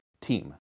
team